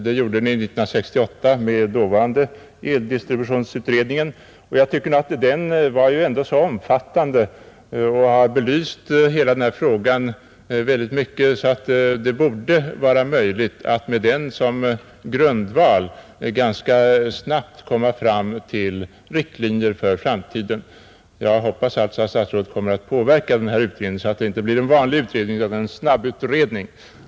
Det gjorde Ni 1968 med dåvarande eldistributionsutredningen, och jag tycker nog att den ändå var så omfattande och har belyst hela den här frågan så mycket, att det borde vara möjligt att med den som grundval ganska snabbt komma fram till riktlinjer för framtiden. Jag hoppas alltså att statsrådet kommer att påverka den här utredningen, så att den inte blir en vanlig utredning utan en snabbutredning.